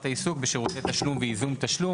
העיסוק בשירותי תשלום וייזום תשלום.